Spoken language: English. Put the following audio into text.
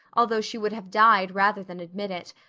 although she would have died rather than admit it,